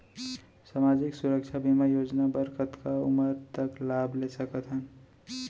सामाजिक सुरक्षा बीमा योजना बर कतका उमर तक लाभ ले सकथन?